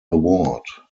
award